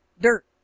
dirt